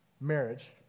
marriage